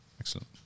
Excellent